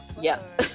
Yes